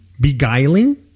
beguiling